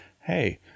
hey